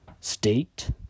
state